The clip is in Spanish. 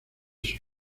sus